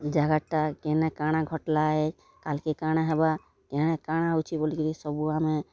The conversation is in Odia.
ଜାଗାଟା କେନେ କାଣା ଘଟ୍ଲା ଏ କାଲ୍କେ କାଣା ହେବା ଏଣେ କାଣା ହଉଛେ ବଲିକିରି ସବୁ ଆମେ